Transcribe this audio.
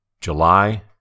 July